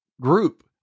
group